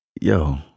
Yo